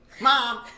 Mom